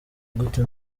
gute